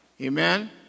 Amen